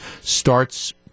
starts